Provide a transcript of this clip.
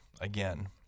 again